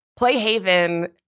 Playhaven